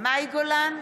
מאי גולן,